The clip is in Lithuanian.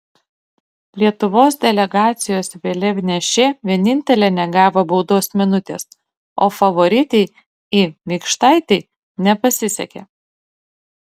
lietuvos delegacijos vėliavnešė vienintelė negavo baudos minutės o favoritei i mikštaitei nepasisekė